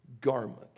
garment